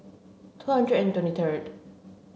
two hundred and twenty third